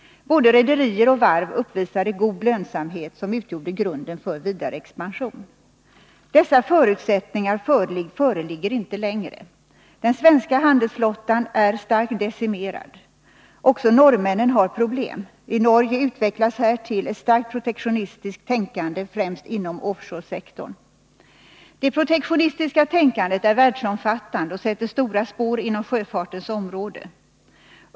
Både rederier och varv uppvisade god lönsamhet som utgjorde grunden för vidare expansion. Dessa förutsättningar föreligger inte längre. Den svenska handelsflottan är starkt decimerad. Också norrmännen har problem. I Norge utvecklas härtill ett starkt protektionistiskt tänkande, främst inom offshore-sektorn. Det protektionistiska tänkandet är världsomfattande och sätter stora spår inom sjöfartens område.